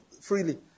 freely